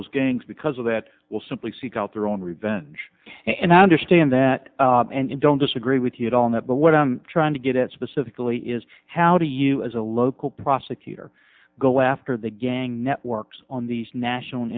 those gangs because of that will simply seek out their own revenge and i understand that and don't disagree with you at all in that but what i'm trying to get at specifically is how do you as a local prosecutor go after the gang networks on these national and